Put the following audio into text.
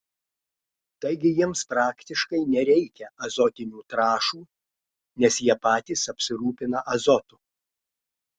taigi jiems praktiškai nereikia azotinių trąšų nes jie patys apsirūpina azotu